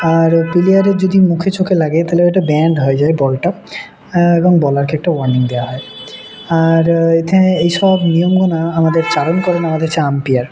আর প্লেয়ারের যদি মুখে চোখে লাগে তাহলে ওটা ব্যানড হয়ে যায় বলটা এবং বোলারকে একটা ওয়ার্নিং দেওয়া হয় আর এতে এইসব নিয়মগুলো আমাদের চালনা করেন আমাদের হচ্ছে আম্পায়ার